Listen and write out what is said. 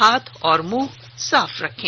हाथ और मुंह साफ रखें